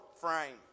frame